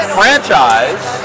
franchise